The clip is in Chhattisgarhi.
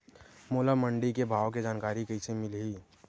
मोला मंडी के भाव के जानकारी कइसे मिलही?